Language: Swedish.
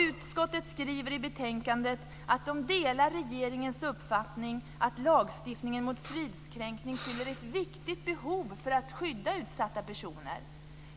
Utskottet skriver i betänkandet att man delar regeringens uppfattning att lagstiftningen mot fridskränkning fyller ett viktigt behov för att skydda utsatta personer.